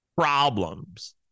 problems